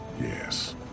Yes